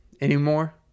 Anymore